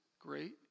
great